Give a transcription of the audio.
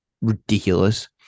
ridiculous